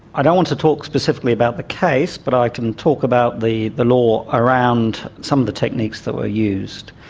i don't want to talk specifically about the case, but i can talk about the the law around some of the techniques that were used.